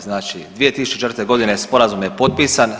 Znači 2004. godine sporazum je potpisan.